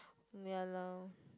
ya lah